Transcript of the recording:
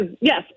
yes